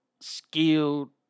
skilled